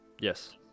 yes